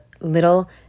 little